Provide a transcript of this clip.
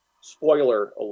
spoiler